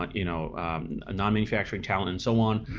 but you know ah non-manufacturing talent and so on,